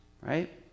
Right